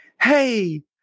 Hey